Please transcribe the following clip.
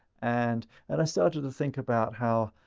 and and i started to think about how,